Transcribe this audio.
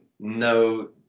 no